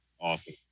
Awesome